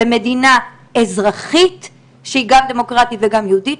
במדינה אזרחית שהיא גם דמוקרטית וגם יהודית,